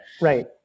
right